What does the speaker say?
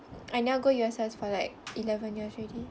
I never go U_S_S for like eleven years already